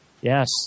Yes